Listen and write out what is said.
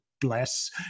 bless